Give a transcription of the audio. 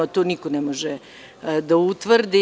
To niko ne može da utvrdi.